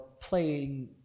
playing